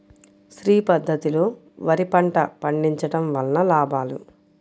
శ్రీ పద్ధతిలో వరి పంట పండించడం వలన లాభాలు?